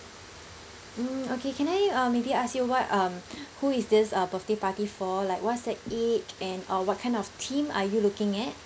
mm okay can I uh maybe ask you what um who is this uh birthday party for like what's the age and uh what kind of theme are you looking at